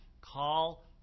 Call